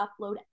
upload